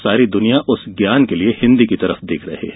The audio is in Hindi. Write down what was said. सारी दुनिया उस ज्ञान के लिए हिन्दी की ओर देख रही है